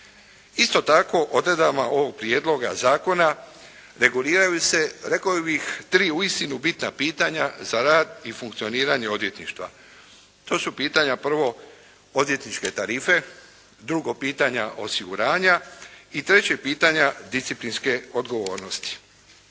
Isto tako, odredbama ovog prijedloga zakona reguliraju se rekao bih tri uistinu bitna pitanja za rad i funkcioniranje odvjetništva. To su pitanja prvo odvjetničke tarife, drugo pitanja osiguranja i treće pitanja disciplinske odgovornosti.